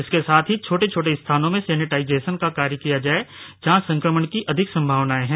इसके साथ ही छोटे छोटे स्थानों में सेनेटाइजेशन का काम किया जाए जहां संक्रमण की अधिक सम्भावनाएं हैं